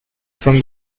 from